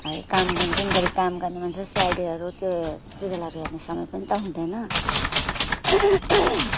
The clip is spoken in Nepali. है कामगुन दिनभरि काम गर्ने मान्छेले सिआइडीहरू त्यो सिरियलहरू हेर्नु समय पनि त हुँदैन